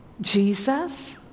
Jesus